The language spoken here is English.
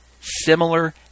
similar